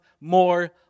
more